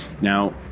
Now